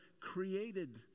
created